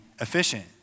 efficient